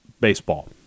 baseball